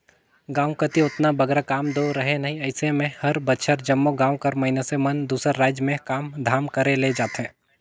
गाँव कती ओतना बगरा काम दो रहें नई अइसे में हर बछर जम्मो गाँव कर मइनसे मन दूसर राएज में काम धाम करे ले जाथें